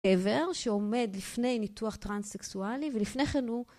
גבר שעומד לפני ניתוח טרנס-סקסואלי ולפני כן הוא